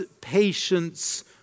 patience